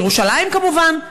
כמו ירושלים כמובן,